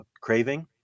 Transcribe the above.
craving